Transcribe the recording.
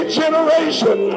generation